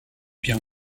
bien